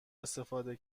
استفاده